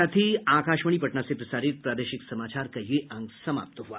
इसके साथ ही आकाशवाणी पटना से प्रसारित प्रादेशिक समाचार का ये अंक समाप्त हुआ